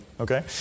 Okay